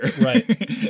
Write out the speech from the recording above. Right